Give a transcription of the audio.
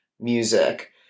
music